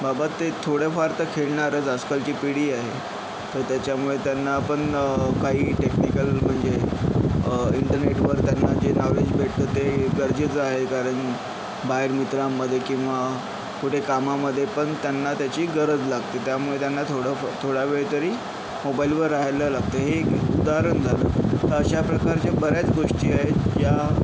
बाबा ते थोडंफार तर खेळणारच आजकालची पिढी अहे तर त्याच्यामुळे त्यांना पण काही टेक्निकल म्हणजे इंटरनेटवर त्यांना जे नॉलेज भेटतं ते गरजेचं आहे कारण बाहेर मित्रांमध्ये किंवा कुठे कामामध्ये पण त्यांना त्याची गरज लागते त्यामुळे त्यांना थोडं थोडावेळ तरी मोबाईलवर राहायला लागतं हे एक उदाहरण झालं तर अशा प्रकारच्या बऱ्याच गोष्टी आहेत ज्या